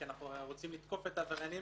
כי אנחנו הרי רוצים לתקוף את העבריינים